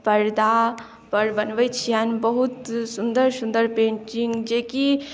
परदा पर बनबै छियनि बहुत सुन्दर सुन्दर पेन्टिंग जे कि